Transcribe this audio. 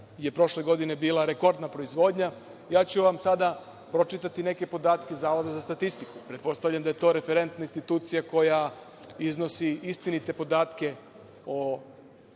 je prošle godine bila rekordna proizvodnja. Sada ću vam pročitati neke podatke Zavoda za statistiku. Pretpostavljam da je to referentna institucija koja iznosi istinite podatke o